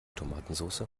tomatensoße